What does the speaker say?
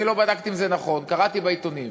לא בדקתי אם זה נכון, קראתי בעיתונים.